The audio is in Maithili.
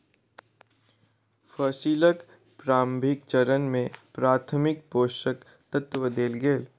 फसीलक प्रारंभिक चरण में प्राथमिक पोषक तत्व देल गेल